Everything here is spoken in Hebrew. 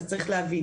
אז צריך להבין.